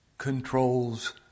Controls